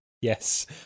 Yes